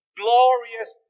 glorious